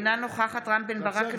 אינה נוכחת רם בן ברק,